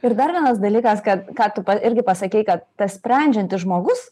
ir dar vienas dalykas kad ką tu irgi pasakei kad tas sprendžiantis žmogus